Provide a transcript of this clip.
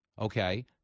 okay